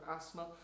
asthma